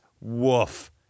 Woof